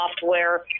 software